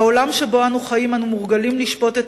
בעולם שבו אנו חיים אנו מורגלים לשפוט את